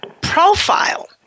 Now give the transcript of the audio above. profile